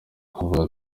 bavuga